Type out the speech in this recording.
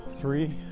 three